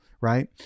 right